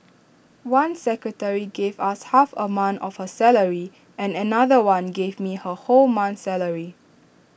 one secretary gave us half A month of her salary and another one gave me her whole month's salary